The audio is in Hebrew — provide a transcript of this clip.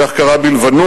כך קרה בלבנון,